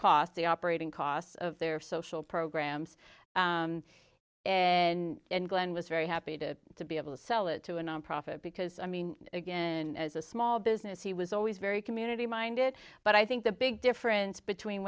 cost the operating costs of their social programs and glenn was very happy to to be able to sell it to a nonprofit because i mean again as a small business he was always very community minded but i think the big difference between